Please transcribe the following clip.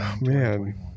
Man